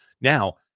Now